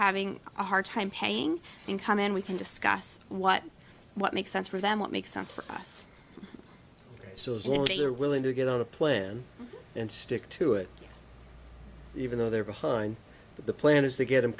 having a hard time paying income and we can discuss what what makes sense for them what makes sense for us they're willing to get on a plane and stick to it even though they're behind the planets to get